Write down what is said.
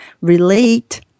relate